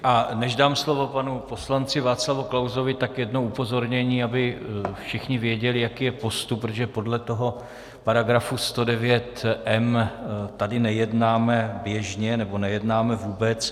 A než dám slovo panu poslanci Václavu Klausovi, tak jedno upozornění, aby všichni věděli, jaký je postup, protože podle toho § 109m tady nejednáme běžně, nebo nejednáme vůbec.